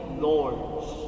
Lords